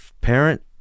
parent